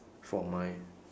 for my